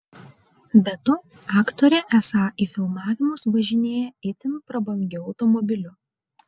be to aktorė esą į filmavimus važinėja itin prabangiu automobiliu